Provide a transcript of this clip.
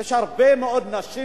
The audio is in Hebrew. יש הרבה מאוד נשים,